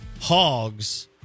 Hogs